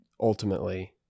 ultimately